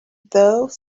though